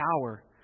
power